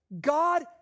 God